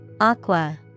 Aqua